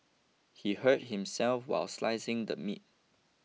he hurt himself while slicing the meat